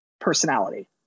personality